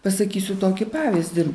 pasakysiu tokį pavyzdį